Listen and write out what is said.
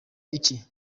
iki